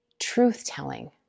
truth-telling